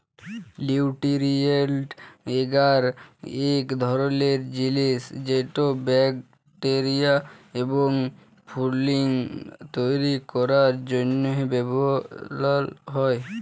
লিউটিরিয়েল্ট এগার ইক ধরলের জিলিস যেট ব্যাকটেরিয়া এবং ফুঙ্গি তৈরি ক্যরার জ্যনহে বালাল হ্যয়